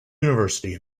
university